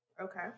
Okay